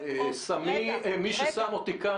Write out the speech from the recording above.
שמי מי ששם אותי כאן.